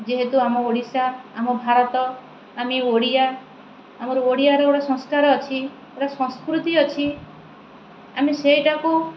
ଯେହେତୁ ଆମ ଓଡ଼ିଶା ଆମ ଭାରତ ଆମେ ଓଡ଼ିଆ ଆମର ଓଡ଼ିଆରେ ଗୋଟେ ସଂସ୍କାର ଅଛି ଗୋଟେ ସଂସ୍କୃତି ଅଛି ଆମେ ସେଇଟାକୁ